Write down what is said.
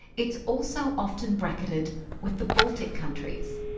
it's also often bracketed with the baltic countries.